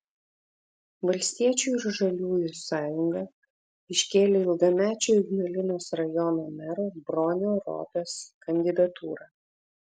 valstiečių ir žaliųjų sąjunga iškėlė ilgamečio ignalinos rajono mero bronio ropės kandidatūrą